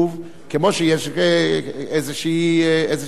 כמו שיש איזה קיפוח.